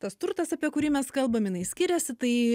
tas turtas apie kurį mes kalbam jinai skiriasi tai